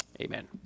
amen